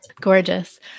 Gorgeous